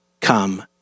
come